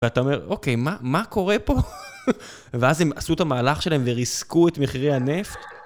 ואתה אומר, אוקיי, מה קורה פה? ואז הם עשו את המהלך שלהם וריסקו את מחירי הנפט